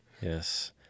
Yes